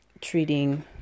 treating